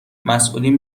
مسئولین